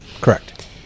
Correct